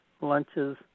lunches